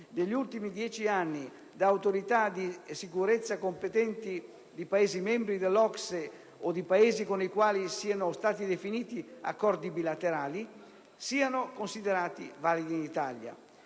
negli ultimi dieci anni da autorità di sicurezza competenti di Paesi membri dell'OCSE o di Paesi con i quali siano definiti accordi bilaterali siano considerate valide in Italia.